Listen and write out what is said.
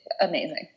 Amazing